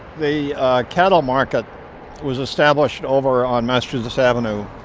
the cattle mark ah was established over on massachusetts avenue